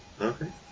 Okay